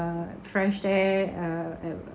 uh fresh air err